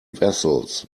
vessels